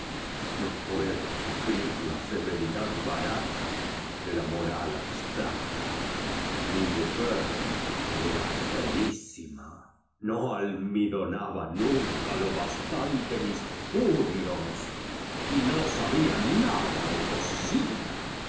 no puedo sufrir la severidad bara ta de ln moral abstracta mi mujer era feí sima no almidonaba nunca lo bástante mis puños y no sabía nada do cocina